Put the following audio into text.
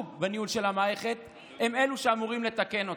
בניהול של המערכת הם אלו שאמורים לתקן אותה.